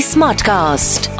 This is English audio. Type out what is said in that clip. Smartcast